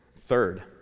third